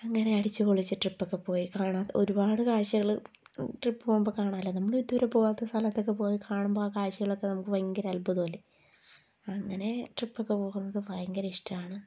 അങ്ങനെ അടിച്ചു പൊളിച്ച് ട്രിപ്പൊക്കെ പോയി കാണാൻ ഒരുപാട് കാഴ്ചകൾ ട്രിപ്പ് പോകുമ്പോൾ കാണാമല്ലോ നമ്മൾ ഇതുവരെ പോകാത്ത സ്ഥലത്തൊക്കെ പോയി കാണുമ്പോൾ ആ കാഴ്ച്ചകളൊക്കെ നമുക്ക് ഭയങ്കര അത്ഭുതമല്ലേ അങ്ങനെ ട്രിപ്പൊക്കെ പോകുന്നത് ഭയങ്കര ഇഷ്ടമാണ്